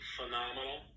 phenomenal